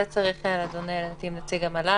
על זה צריך לדון עם נציג המל"ל,